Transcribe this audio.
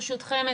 ברשותכם,